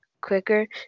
quicker